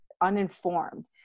uninformed